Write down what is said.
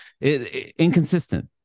inconsistent